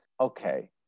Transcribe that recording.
okay